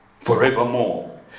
forevermore